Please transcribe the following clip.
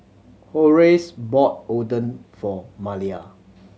Horace bought Oden for Malia